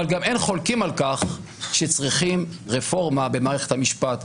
אבל גם אין חולקים על כך שצריכים רפורמה במערכת המשפט.